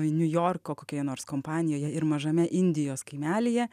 niujorko kokioje nors kompanijoje ir mažame indijos kaimelyje